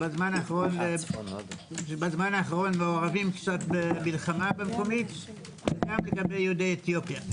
שבזמן האחרון מעורבים במלחמה מקומית וגם לגבי יהודי אתיופיה?